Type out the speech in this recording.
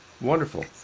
Wonderful